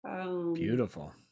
Beautiful